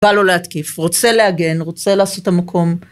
בא לו להתקיף, רוצה להגן, רוצה לעשות את המקום.